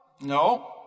No